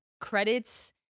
credits